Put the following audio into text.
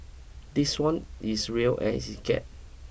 this one is real as it get